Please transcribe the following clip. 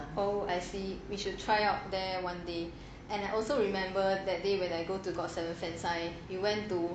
oh I see we should try out there one day and I also remember that day when I went to go fansign you went to